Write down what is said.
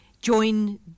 join